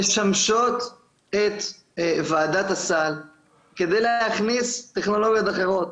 משמשות את ועדת הסל כדי להכניס טכנולוגיות אחרות.